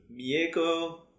Mieko